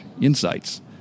insights